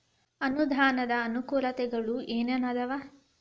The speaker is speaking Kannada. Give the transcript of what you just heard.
ಅನುದಾನದ್ ಅನಾನುಕೂಲತೆಗಳು ಏನ ಏನ್ ಅದಾವ?